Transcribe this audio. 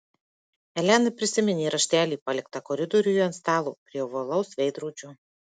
elena prisiminė raštelį paliktą koridoriuje ant stalo prie ovalaus veidrodžio